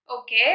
Okay